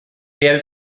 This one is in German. quer